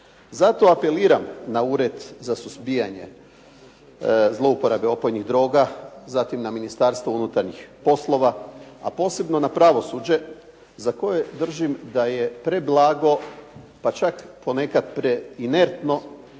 Zato na apeliram na Ured za suzbijanje opojnih droga, zatim na Ministarstvo unutarnjih poslova, a posebno na pravosuđe za koje držim da je preblago, pa čak ponekad i preinertno